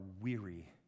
weary